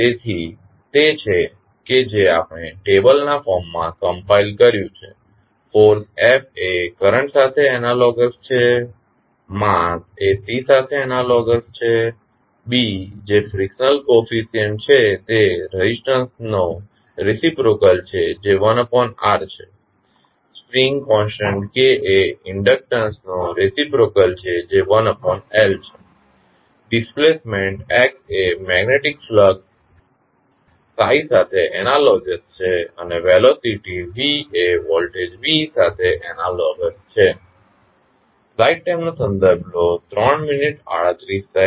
તેથી આ તે છે જે આપણે ટેબલ ના ફોર્મ માં કમ્પાઈલ્ડ કર્યું છે ફોર્સ F એ કરંટ સાથે એનાલોગસ છે માસ એ C સાથે એનાલોગસ છે B જે ફ્રીકશનલ કોફીસયંટ છે તે રેઝિસ્ટંસ નો રેસીપ્રોકલ છે જે 1R છે સ્પ્રિંગ કોનસ્ટંટ K એ ઇન્ડકટંસ નો રેસીપ્રોકલ છે જે 1L છે ડિસ્પ્લેસમેન્ટ x એ મેગ્નેટીક ફલક્સ સાથે એનાલોગસ છે અને વેલોસીટી એ વોલ્ટેજ V સાથે એનાલોગસ છે